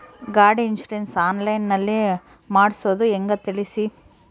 ಗಾಡಿ insurance online ನಲ್ಲಿ ಮಾಡ್ಸೋದು ಹೆಂಗ ತಿಳಿಸಿ?